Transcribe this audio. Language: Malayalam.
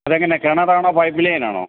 അത് എങ്ങനെയാ കിണറാണോ പൈപ്പ്ലൈൻ ആണോ